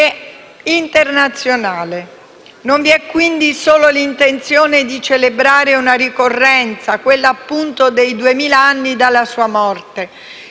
internazionale. Vi sono, quindi, non solo l'intenzione di celebrare una ricorrenza, quella appunto dei duemila anni dalla sua morte,